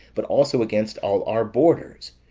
but also against all our borders.